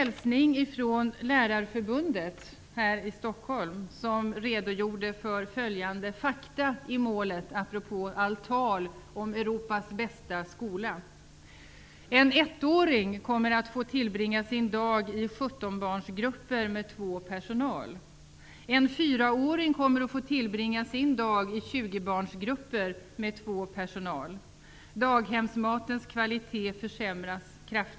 Lärarförbundet här i Stockholm redogör i sin hälsning för följande fakta i målet -- apropå allt tal om Europas bästa skola: En ettåring kommer att få tillbringa sin dag i 17-barnsgrupper med två personal. En fyraåring kommer att få tillbringa sin dag i 20-barnsgrupper med två personal.